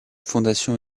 fondation